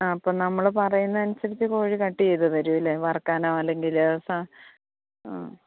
ആ അപ്പം നമ്മൾ പറയുന്നത് അനുസരിച്ചു കോഴി കട്ട് ചെയ്തു തരും അല്ലേ വറക്കാനോ അല്ലെങ്കിൽ ആ